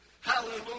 Hallelujah